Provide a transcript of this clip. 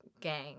gang